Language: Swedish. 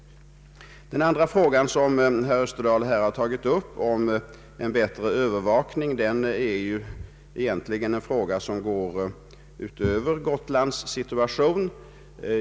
Den andra frågan som herr Österdahl har tagit upp, om en bättre övervakning, går ju utöver frågan om Gotlands situation.